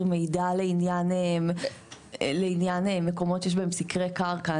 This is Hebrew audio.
מידע לעניין מקומות שיש בהם סקרי קרקע.